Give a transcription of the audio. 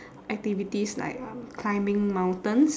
activities like um climbing mountains